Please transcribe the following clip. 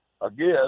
Again